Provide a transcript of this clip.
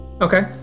okay